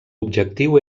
objectiu